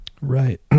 Right